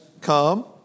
come